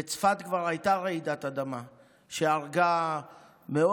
בצפת כבר הייתה רעידת אדמה שהרגה מאות,